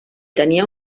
tenia